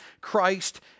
Christ